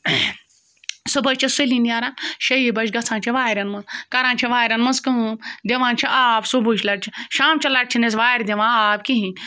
صُبحٲے چھِ سُلی نیران شیٚیی بَجہِ گژھان چھِ وارٮ۪ن منٛز کَران چھِ وارٮ۪ن منٛز کٲم دِوان چھِ آب صُبحٕچ لَٹہِ شام چہِ لَٹہِ چھِنہٕ أسۍ وارِ دِوان آب کِہیٖنۍ